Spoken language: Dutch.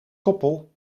koppel